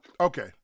Okay